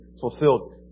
fulfilled